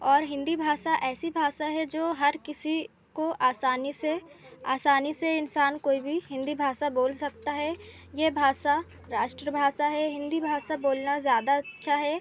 और हिन्दी भाषा ऐसी भाषा है जो हर किसी को आसानी से आसानी से इंसान कोई भी हिन्दी भाषा बोल सकता है यह भाषा राष्ट्रभाषा है हिन्दी भाषा बोलना ज़्यादा अच्छा है